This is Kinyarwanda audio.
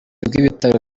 bw’ibitaro